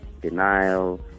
Denial